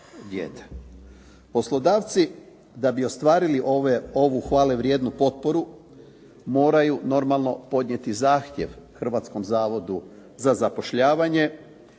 Poslodavci, da bi ostvarili ovu hvalevrijednu potporu, moraju normalno podnijeti zahtjev Hrvatskom zavodu za zapošljavanje,